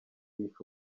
yishe